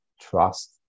trust